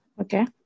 Okay